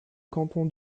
canton